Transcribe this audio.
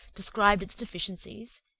described its deficiencies,